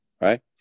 Right